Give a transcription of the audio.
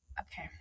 Okay